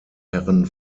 herren